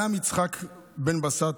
אל"מ יצחק בן בשט,